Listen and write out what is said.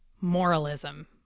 moralism